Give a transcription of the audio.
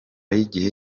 y’igihe